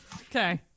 Okay